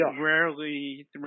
rarely